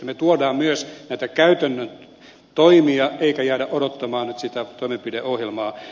me tuomme myös näitä käytännön toimia eikä jäädä odottamaan nyt sitä toimenpideohjelmaa